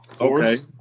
Okay